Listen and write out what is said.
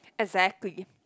exactly